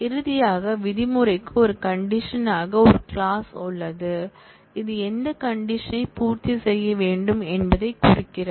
இறுதியாக விதிமுறைக்கு ஒரு கண்டிஷன் ஆக ஒரு கிளாஸ் உள்ளது இது எந்த கண்டிஷன் யை பூர்த்தி செய்ய வேண்டும் என்பதைக் குறிக்கிறது